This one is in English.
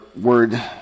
word